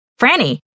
Franny